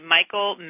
Michael